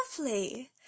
lovely